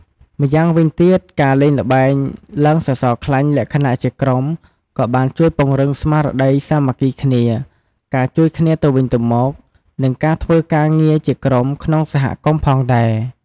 ម៉្យាងវិញទៀតការលេងល្បែងឡើងសសរខ្លាញ់លក្ខណៈជាក្រុមក៏បានជួយពង្រឹងស្មារតីសាមគ្គីគ្នា ការជួយគ្នាទៅវិញទៅមក និងការធ្វើការងារជាក្រុមក្នុងសហគមន៍ផងដែរ។